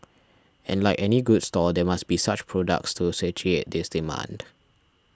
and like any good store there must be such products to satiate this demand